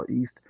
East